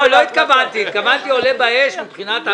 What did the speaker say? התכוונתי עולה באש מבחינת הלהט.